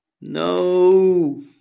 No